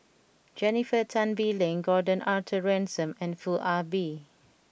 Jennifer Tan Bee Leng Gordon Arthur Ransome and Foo Ah Bee